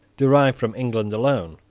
derived from england alone.